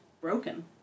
broken